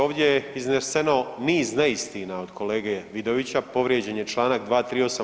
Ovdje je izneseno niz neistina od kolege Vidovića, povrijeđen je čl. 238.